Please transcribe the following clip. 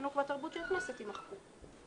החינוך והתרבות של הכנסת" יימחקו.